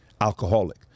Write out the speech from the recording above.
alcoholic